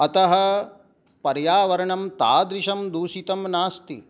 अतः पर्यावरणं तादृशं दूषितं नास्ति